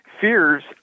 Fears